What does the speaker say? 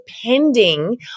depending